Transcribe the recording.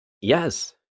Yes